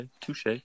Touche